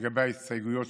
לגבי ההסתייגות שנכנסה,